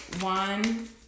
one